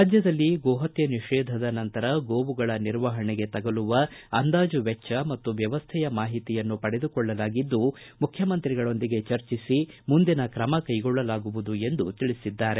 ರಾಜ್ಯದಲ್ಲಿ ಗೋಹತ್ತೆ ನಿಷೇಧದ ನಂತರ ಗೋವುಗಳ ನಿರ್ವಹಣೆಗೆ ತಗುಲುವ ಅಂದಾಜು ವೆಚ್ಚ ಮತ್ತು ವ್ಯವಸ್ಥೆಯ ಮಾಹಿತಿಯನ್ನು ಪಡೆದುಕೊಳ್ಳಲಾಗಿದ್ದು ಮುಖ್ಯಮಂತ್ರಿಗಳೊಂದಿಗೆ ಚರ್ಚಿಸಿ ಮುಂದಿನ ಕ್ರಮ ಕೈಗೊಳ್ಳಲಾಗುತ್ತದೆ ಎಂದು ತಿಳಿಸಿದ್ದಾರೆ